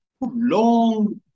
long